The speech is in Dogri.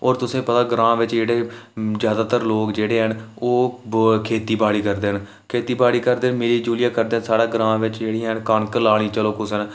होर तुसें गी पता ग्रांऽ बिच जेह्ड़े जैदातर लोक जेह्ड़े हैन ओह् खेतीबाड़ी करदे न खेतीबाड़ी करदे मिली जुलियै करदे साढ़े ग्रांऽ बिच जेह्ड़ी कनक लानी चलो कुसै नै